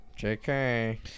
JK